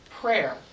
prayer